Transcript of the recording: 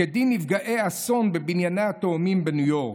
"כדין נפגעי האסון בבנייני התאומים בניו יורק,